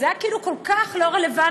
זה היה כאילו כל כך לא רלוונטי.